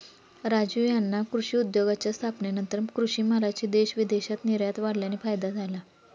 राजीव यांना कृषी उद्योगाच्या स्थापनेनंतर कृषी मालाची देश विदेशात निर्यात वाढल्याने फायदा झाला